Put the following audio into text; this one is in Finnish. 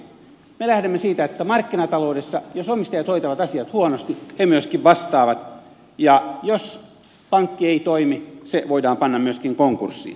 me lähdemme siitä että markkinataloudessa jos omistajat hoitavat asiat huonosti he myöskin vastaavat ja jos pankki ei toimi se voidaan panna myöskin konkurssiin